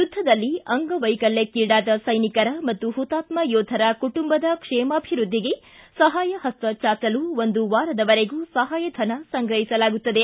ಯುದ್ಧದಲ್ಲಿ ಅಂಗವೈಕಲ್ಯಕ್ಷಿಡಾದ ಸೈನಿಕರ ಹಾಗೂ ಹುತಾತ್ಮ ಯೋಧರ ಕುಟುಂಬದ ಕ್ಷೇಮಾಭಿವೃದ್ದಿಗೆ ಸಹಾಯಹಸ್ತ ಚಾಚಲು ಒಂದು ವಾರದವರೆಗೂ ಸಹಾಯಧನ ಸಂಗ್ರಹಿಸಲಾಗುತ್ತದೆ